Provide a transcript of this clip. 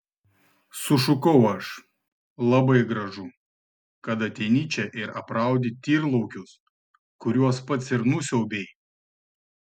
sušukau aš labai gražu kad ateini čia ir apraudi tyrlaukius kuriuos pats ir nusiaubei